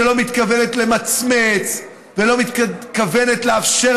שלא מתכוונת למצמץ ולא מתכוונת לאפשר